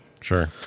Sure